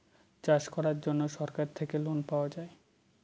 চাষ করার জন্য সরকার থেকে লোন পাওয়া যায়